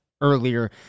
earlier